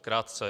Krátce.